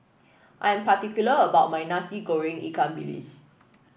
I am particular about my Nasi Goreng Ikan Bilis